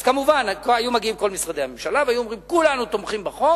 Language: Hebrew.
אז כמובן היו מגיעים כל משרדי הממשלה והיו אומרים: כולנו תומכים בחוק,